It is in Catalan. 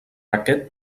aquest